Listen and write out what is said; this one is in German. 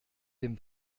dem